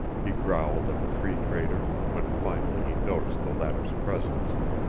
he growled at the free trader, when finally he noticed the latter's presence.